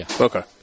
Okay